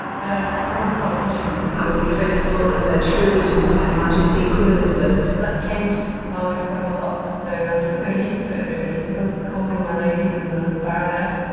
but i've become a politician. i will be faithful and bear true allegance and to her majesty, queen elizabeth. that's changed my life quite a lot. so i'm still getting used to it really, people call me my lady and the barronnesse.